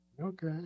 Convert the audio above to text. Okay